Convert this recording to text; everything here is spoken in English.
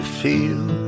feel